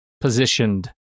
positioned